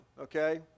okay